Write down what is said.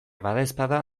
badaezpada